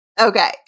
Okay